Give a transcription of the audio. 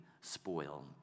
spoil